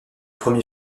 premier